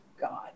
God